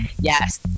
Yes